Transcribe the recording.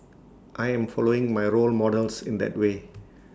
I am following my role models in that way